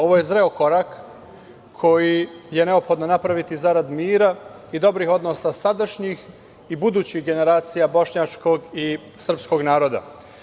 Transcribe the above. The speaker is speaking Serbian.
Ovo je zreo korak koji je neophodno napraviti, zarad mira i dobrih odnosa sadašnjih i budućih generacija bošnjačkog i srpskog naroda.